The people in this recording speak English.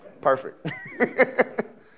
Perfect